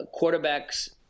quarterbacks